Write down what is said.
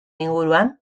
inguruan